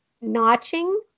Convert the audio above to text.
Notching